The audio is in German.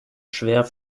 schwer